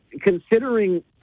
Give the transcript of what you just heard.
considering